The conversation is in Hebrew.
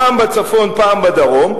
פעם בצפון ופעם בדרום,